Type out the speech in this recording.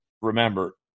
Remember